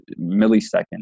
milliseconds